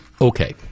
okay